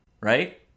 right